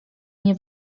nie